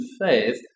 faith